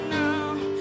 now